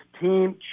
team